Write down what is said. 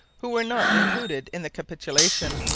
who were not included in the capitulation.